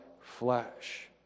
flesh